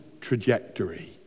trajectory